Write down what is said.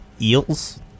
eels